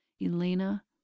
Elena